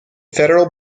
federal